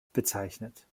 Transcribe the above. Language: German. bezeichnet